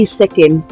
second